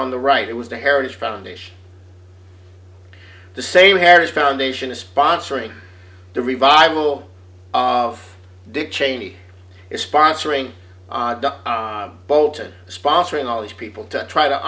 on the right it was the heritage foundation the same heritage foundation is sponsoring the revival of dick cheney is sponsoring bolton sponsoring all these people to try to